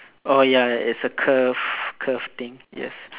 oh ya it's a curve curve thing yes